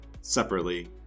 separately